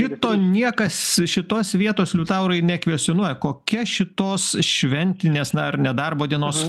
šito niekas šitos vietos liutaurai nekvestionuoja kokia šitos šventinės na ar nedarbo dienos